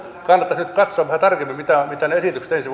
kannattaisi nyt katsoa vähän tarkemmin mitä ne esitykset ensi